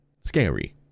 scary